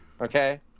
Okay